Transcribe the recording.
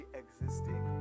existing